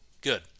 good